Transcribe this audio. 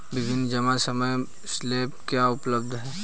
विभिन्न जमा समय स्लैब क्या उपलब्ध हैं?